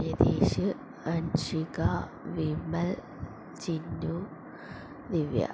Ratheesh Anshika Vimal Chinnu Divya